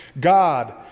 God